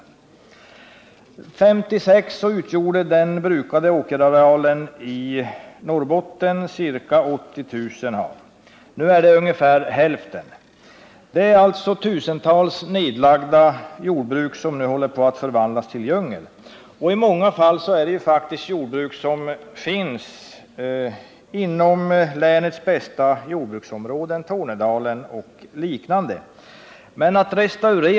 År 1956 utgjorde den brukade åkerarealen i Norrbotten ca 80 000 hektar. Nu är den ungefär hälften så stor. Tusentals nedlagda jordbruk håller alltså på att förvandlas till djungel. I många fall är det faktiskt sådana jordbruk som finns inom länets bästa jordbruksområden, såsom Tornedalen och liknande.